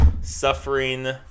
suffering